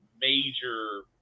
major